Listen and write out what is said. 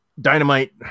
Dynamite